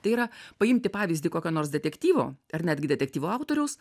tai yra paimti pavyzdį kokio nors detektyvo ar netgi detektyvo autoriaus